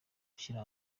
gushyira